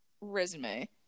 resume